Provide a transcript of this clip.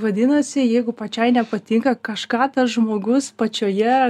vadinasi jeigu pačiai nepatinka kažką tas žmogus pačioje